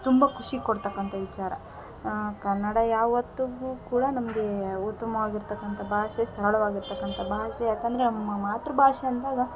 ತುಂಬ ಖುಷಿ ಕೊಡ್ತಕ್ಕಂಥ ವಿಚಾರ ಕನ್ನಡ ಯಾವತ್ತಿಗೂ ಕೂಡ ನಮಗೆ ಉತ್ತಮವಾಗಿರ್ತಕ್ಕಂಥ ಭಾಷೆ ಸರಳವಾಗಿರ್ತಕ್ಕಂಥ ಭಾಷೆ ಯಾಕಂದರೆ ನಮ್ಮ ಮಾತೃ ಭಾಷೆ ಅಂದಾಗ